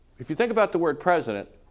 if you think about the word president